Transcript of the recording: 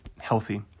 Healthy